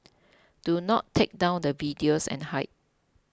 do not take down the videos and hide